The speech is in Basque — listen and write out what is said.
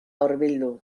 hurbildu